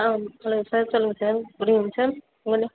ஆ சொல்லுங்கள் சார் சொல்லுங்கள் sir good evening sir உங்கன்ன